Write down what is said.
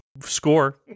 score